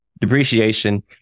depreciation